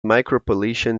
micropolitan